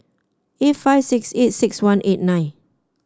eight five six eight six one eight nine